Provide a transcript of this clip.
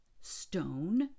stone